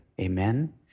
amen